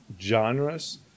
genres